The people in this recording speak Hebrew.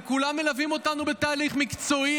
וכולם מלווים אותנו בתהליך מקצועי